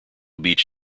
beach